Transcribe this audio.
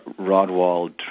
Rodwald